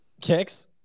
Kicks